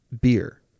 beer